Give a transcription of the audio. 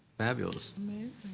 fabulous. ms.